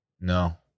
No